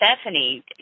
Stephanie